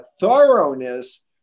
thoroughness